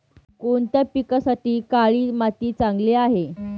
कोणत्या पिकासाठी काळी माती चांगली आहे?